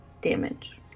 damage